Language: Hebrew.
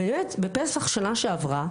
בפסח שנה שעברה,